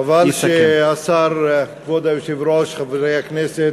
חבל שהשר, כבוד היושב-ראש, חברי הכנסת,